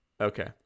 Okay